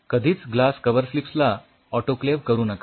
कधीच ग्लास कव्हरस्लिप्सला ऑटोक्लेव्ह करू नका